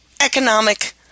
economic